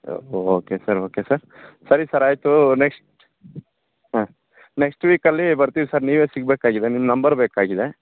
ಓ okay sir okay sir ಸರಿ sir ಆಯಿತು next ಹಾಂ ನೆಕ್ಸ್ಟ್ ವೀಕಲ್ಲಿ ಬರ್ತಿವಿ ಸರ್ ನೀವೇ ಸಿಗಬೇಕಾಗಿದೆ ನಿಮ್ಮ ನಂಬರ್ ಬೇಕಾಗಿದೆ